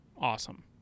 awesome